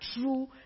true